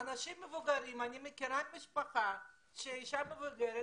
אני מכירה אישה מבוגרת